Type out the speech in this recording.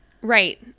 Right